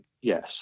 Yes